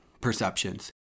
perceptions